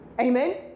Amen